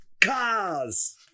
Cars